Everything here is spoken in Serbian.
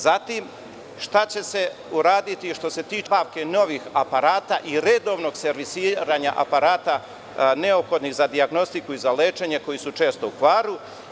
Zatim, šta će se uraditi što se tiče nabavke novih aparata i redovnog servisiranja aparata neophodnih za dijagnostiku i za lečenje, koji su često u paru?